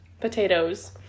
Potatoes